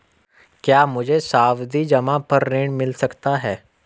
क्या मुझे सावधि जमा पर ऋण मिल सकता है?